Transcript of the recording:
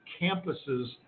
campuses